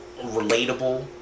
relatable